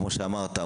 כמו שאמרת,